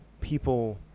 people